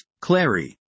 Clary